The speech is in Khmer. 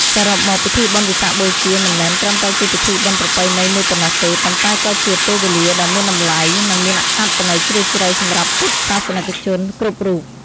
សរុបមក ពិធីបុណ្យវិសាខបូជា មិនមែនត្រឹមតែជាពិធីបុណ្យប្រពៃណីមួយប៉ុណ្ណោះទេ ប៉ុន្តែក៏ជាពេលវេលាដ៏មានតម្លៃ និងមានអត្ថន័យជ្រាលជ្រៅសម្រាប់ពុទ្ធសាសនិកជនគ្រប់រូប។